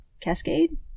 Cascade